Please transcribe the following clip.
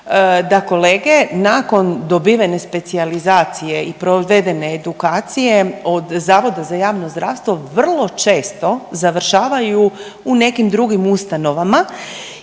da kolege nakon dobivene specijalizacije i provedene edukacije od Zavoda za javno zdravstvo vrlo često završavaju u nekim drugim ustanovama